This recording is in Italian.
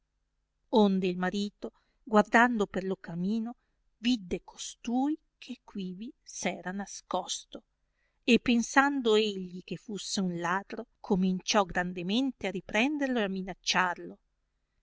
onde il marito guardando per lo camino vidde costui che quivi s'era nascosto e pensando egli che fusse ur ladro cominciò grandemente a riprenderlo e minacciarli